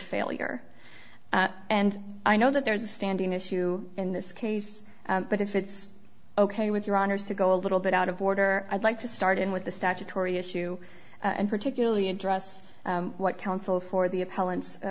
failure and i know that there's a standing issue in this case but if it's ok with your honor's to go a little bit out of order i'd like to start in with the statutory issue and particularly in dress what council for the